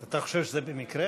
אתה חושב שזה במקרה?